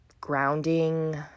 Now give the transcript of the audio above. grounding